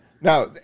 Now